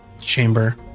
chamber